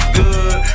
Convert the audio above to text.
good